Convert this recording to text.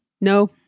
no